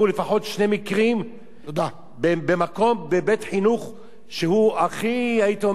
בבית-חינוך שהייתי אומר שהוא מהמעלה הראשונה,